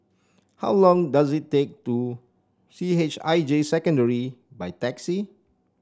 how long does it take to C H I J Secondary by taxi